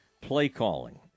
Play-calling